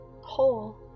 Whole